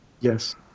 Yes